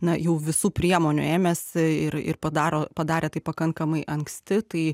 na jau visų priemonių ėmėsi ir ir padaro padarė tai pakankamai anksti tai